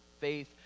faith